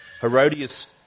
Herodias